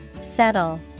Settle